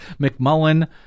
McMullen